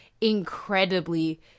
incredibly